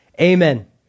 Amen